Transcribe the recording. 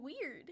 weird